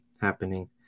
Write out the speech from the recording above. happening